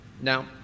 Now